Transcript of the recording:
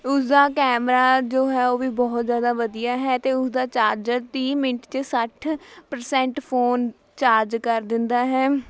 ਉਸਦਾ ਕੈਮਰਾ ਜੋ ਹੈ ਉਹ ਵੀ ਬਹੁਤ ਜ਼ਿਆਦਾ ਵਧੀਆ ਹੈ ਅਤੇ ਉਸਦਾ ਚਾਰਜਰ ਤੀਹ ਮਿੰਟ 'ਚ ਸੱਠ ਪ੍ਰਸੈਂਟ ਫੋਨ ਚਾਰਜ ਕਰ ਦਿੰਦਾ ਹੈ